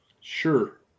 Sure